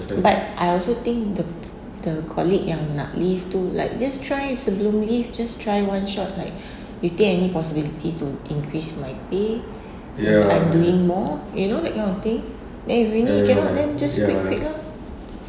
but I also think the the colleague yang nak leave tu like just try sebelum leave just try one shot like you think any possibility to increase my pay since I'm doing more you know that kind of thing then if really you cannot then just quit quit lor